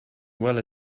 well